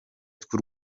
tw’u